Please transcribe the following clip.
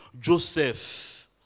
Joseph